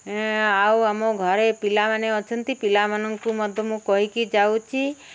ଏ ଆଉ ଆମ ଘରେ ପିଲାମାନେ ଅଛନ୍ତି ପିଲାମାନଙ୍କୁ ମଧ୍ୟ ମୁଁ କହିକି ଯାଉଛି